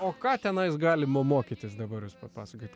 o ką tenais galima mokytis dabar jūs papasakokit